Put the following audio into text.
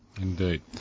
Indeed